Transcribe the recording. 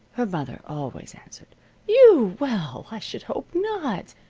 her mother always answered you! well, i should hope not!